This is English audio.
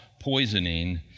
poisoning